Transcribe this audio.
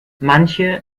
manche